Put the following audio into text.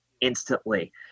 instantly